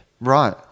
Right